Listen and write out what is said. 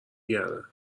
گردن